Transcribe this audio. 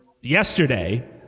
yesterday